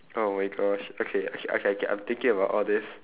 oh my gosh okay okay okay I'm thinking about all this